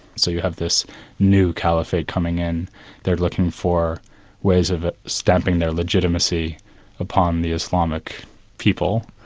so you have this new caliphate coming in they're looking for ways of stamping their legitimacy upon the islamic people,